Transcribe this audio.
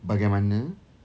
bagaimana